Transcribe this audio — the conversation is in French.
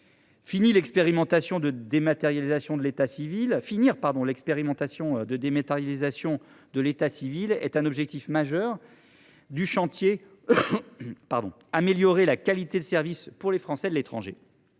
Finir l’expérimentation de dématérialisation de l’état civil est un objectif majeur du chantier « Améliorer la qualité du service rendu aux Français de l’étranger »,